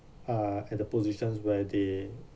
ah at the positions where they